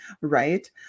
right